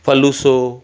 फ़लूसो